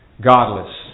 godless